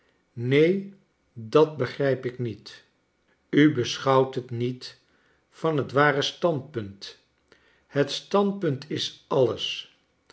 neen dat begrijp ik niet r u beschouwt het niet van het ware standpunt het standpunt is alles